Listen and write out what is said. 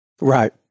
Right